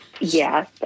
Yes